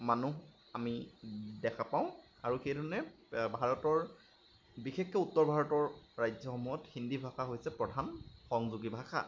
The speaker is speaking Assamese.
মানুহ আমি দেখা পাওঁ আৰু সেই ধৰণে ভাৰতৰ বিশেষকৈ উত্তৰ ভাৰতৰ ৰাজ্যসমূহত হিন্দী ভাষা হৈছে প্ৰধান সংযোগী ভাষা